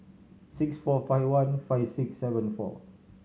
six four five one five six seven four